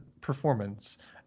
performance